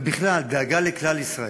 ובכלל דאגה לכלל ישראל.